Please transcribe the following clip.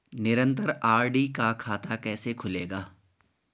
निरन्तर आर.डी का खाता कैसे खुलेगा?